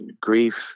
grief